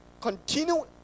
continue